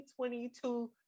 2022